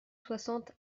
soixante